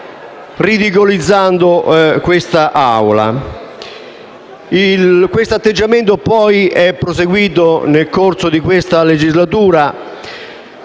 ridicolizzando quest'Assemblea. Questo atteggiamento poi è proseguito nel corso della legislatura,